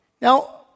now